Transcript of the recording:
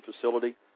facility